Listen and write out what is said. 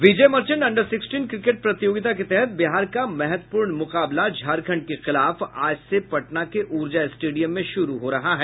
विजय Merchant under sixteen cricket प्रतियोगिता के तहत बिहार का महत्वपूर्ण मुकाबला झारखंड के खिलाफ आज से पटना के ऊर्जा स्टेडियम में शुरू हो रहा है